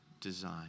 design